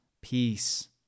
peace